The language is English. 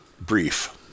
brief